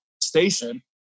station